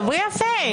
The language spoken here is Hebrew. דברי יפה.